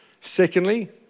Secondly